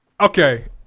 Okay